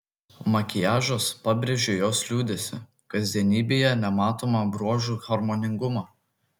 makiažas pabrėžė jos liūdesį kasdienybėje nematomą bruožų harmoningumą